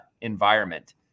environment